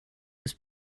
was